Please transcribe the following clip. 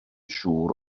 siŵr